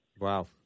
Wow